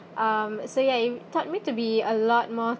um so ya it taught me to be a lot more